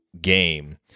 game